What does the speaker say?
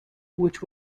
which